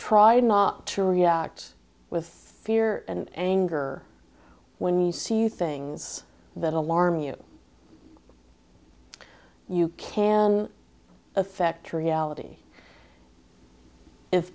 try not to react with fear and anger when you see things that alarm you you can affect reality i